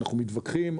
אנחנו מתווכחים,